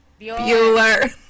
bueller